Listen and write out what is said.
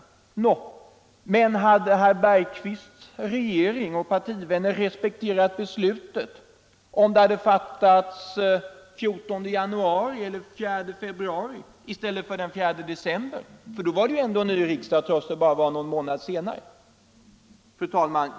Nå, men hade herr Bergqvists partivänner i regeringen respekterat beslutet, om det hade fattats den 4 februari i stället för den 4 december? Då hade det ju varit en ny riksdag, trots att det var bara någon månad senare. Fru talman!